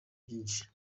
byinshi